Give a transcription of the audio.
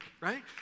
right